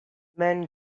men